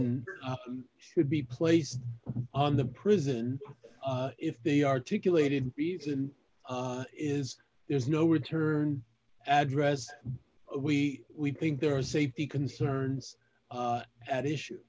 would be placed on the prison if they articulated the is there's no return address we we think there are safety concerns at issue